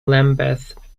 lambeth